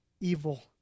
evil